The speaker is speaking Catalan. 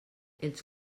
els